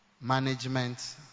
management